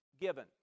given